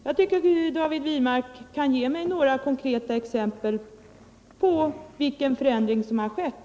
Jag tycker att David Wirmark kan ge mig några konkreta exempel på den förändring som har skett.